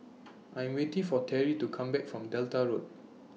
I Am waiting For Teri to Come Back from Delta Road